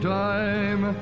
time